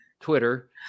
Twitter